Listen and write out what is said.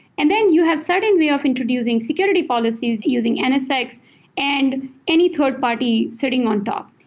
and then you have certain way of introducing security policies using nsx and any third-party sitting on top.